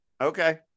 okay